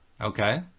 Okay